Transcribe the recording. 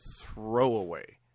throwaway